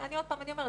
שוב אני אומרת,